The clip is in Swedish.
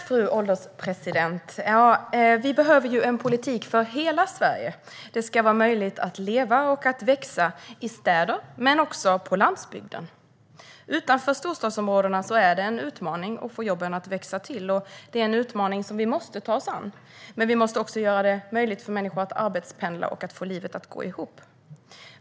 Fru ålderspresident! Vi behöver en politik för hela Sverige. Det ska vara möjligt att leva och att växa i städer men också på landsbygden. Utanför storstadsområdena är det en utmaning att få jobben att växa till, och det är en utmaning som vi måste ta oss an. Men vi måste också göra det möjligt för människor att arbetspendla och få livet att gå ihop.